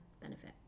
benefit